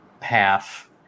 half